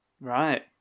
right